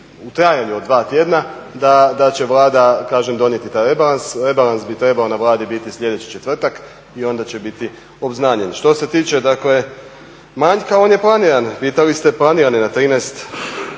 u trajanju od 2 tjedna da će Vlada kažem donijeti taj rebalans. Rebalans bi trebao na Vladi biti sljedeći četvrtak i onda će biti obznanjen. Što se tiče dakle manjka on je planiran. Pitali ste, planiran je na 13,